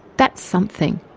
that's something.